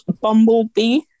bumblebee